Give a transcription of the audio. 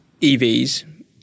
EVs